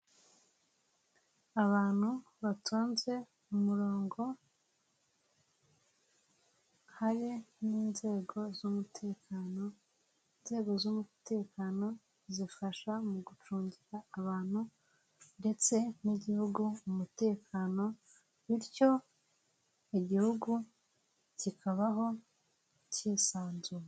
Abantu batonze umurongo, hari n'inzego z'umutekano, inzego z'umutekano zifasha mu gucungira abantu ndetse n'Igihugu umutekano, bityo Igihugu kikabaho kisanzuye.